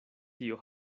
tio